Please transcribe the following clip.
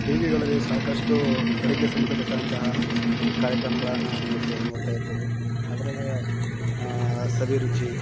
T ವಿಗಳಲ್ಲಿ ಸಾಕಷ್ಟು ಅಡುಗೆ ಸಂಬಂಧಪಟ್ಟಂತಹ ಕಾರ್ಯಕ್ರಮಗಳನ್ನು ನೋಡ್ಬೊ ನೋಡ್ತಾಯಿರ್ತೀವಿ ಅದರಲ್ಲಿಯ ಸವಿರುಚಿ